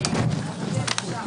הישיבה.